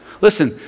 Listen